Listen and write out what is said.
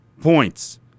points